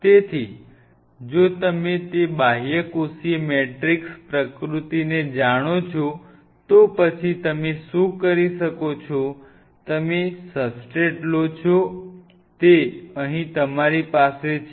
તેથી જો તમે તે બાહ્યકોષીય મેટ્રિક્સ પ્રકૃતિને જાણો છો તો પછી તમે શું કરી શકો છો તમે સબસ્ટ્રેટ લો છો તે અહીં તમારી પાસે છે